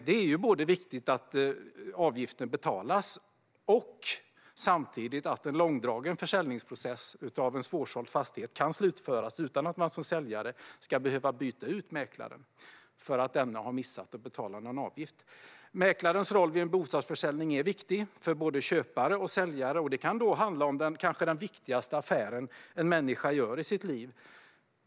Det är viktigt att avgiften betalas i tid och att en långdragen försäljningsprocess av en svårsåld fastighet kan slutföras utan att säljaren ska behöva byta ut mäklaren för att denne har missat att betala en avgift. Mäklarens roll vid en bostadsförsäljning är viktig. För såväl köpare som säljare kan det handla om den viktigaste affären en människa gör i sitt liv.